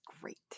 great